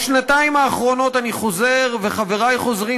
בשנתיים האחרונות אני חוזר וחברי חוזרים